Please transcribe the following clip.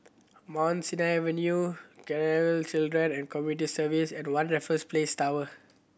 Mount Sinai Avenue Children and Community Service and One Raffles Place Tower